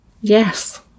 Yes